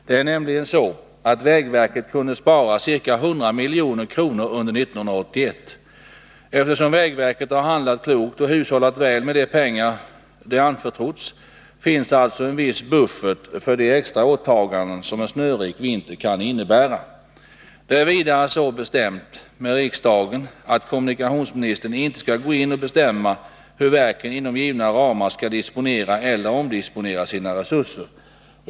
Det är nämligen så, att vägverket kunde spara ca 100 milj.kr. under 1981. Eftersom vägverket har handlat klokt och hushållat väl med de pengar det anförtrotts, finns alltså en viss buffert för de extra åtaganden som en snörik vinter kan innebära. Det är vidare så bestämt med riksdagen att kommunikationsministern inte skall gå in och bestämma hur verken inom givna ramar skall disponera eller omdisponera sina resurser.